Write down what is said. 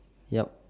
yup